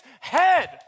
head